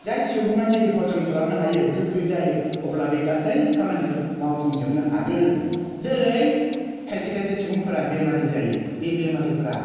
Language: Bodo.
जाय सुबुङा जुदि हजम खालामनो हायो गोग्गो जायो अब्ला बे गासै खामानिखौ मावफुंजोबनो हागोन जेरै खायसे खायसे सुबुंफोरा बेमारि जायो बे बेमारिफोरा